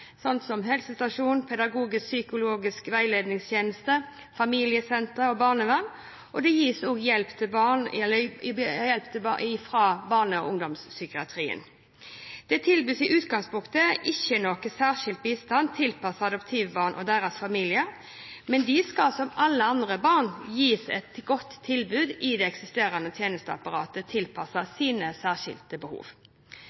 som helsestasjoner, pedagogisk-psykologisk veiledningstjeneste, familiesentre og barnevern. Det gis også hjelp fra barne- og ungdomspsykiatrien. Det tilbys i utgangspunktet ikke noe særskilt bistand tilpasset adoptivbarn og deres familier, men de skal som alle andre gis et godt tilbud i det eksisterende tjenesteapparatet tilpasset sine særskilte behov.